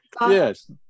Yes